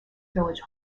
village